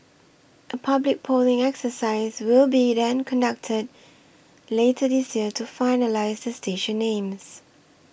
a public polling exercise will be then conducted later this year to finalise the station names